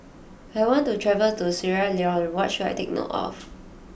I want to travel to Sierra Leone what should I take note of